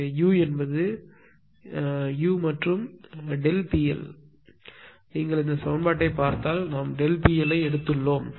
எனவே u மற்றும் PL ஆனால் நீங்கள் இந்த சமன்பாட்டைப் பார்த்தால் நாம் PL ஐ எடுத்துள்ளோம்